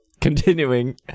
continuing